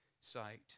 sight